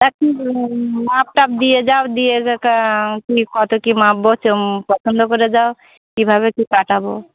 তা মাপ টাপ দিয়ে যাও দিও কি কত কি মাপবো পছন্দ করে যাও কীভাবে কি কাটাবো